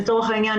לצורך העניין,